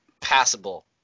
passable